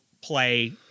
play